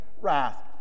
wrath